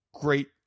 Great